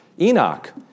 Enoch